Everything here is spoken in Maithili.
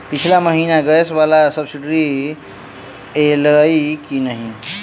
पिछला महीना गैस वला सब्सिडी ऐलई की नहि?